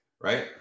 right